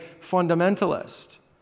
fundamentalist